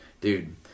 dude